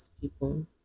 people